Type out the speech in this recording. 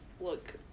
look